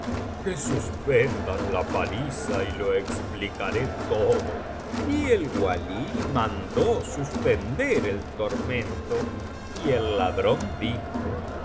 que suspendan la paliza y lo explicaré todo y el walí mandó suspender el tormento y el ladrón dijo